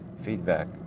feedback